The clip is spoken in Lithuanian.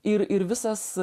ir ir visas